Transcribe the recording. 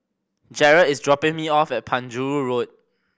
Jarett is dropping me off at Penjuru Road